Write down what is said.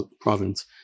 province